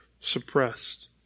suppressed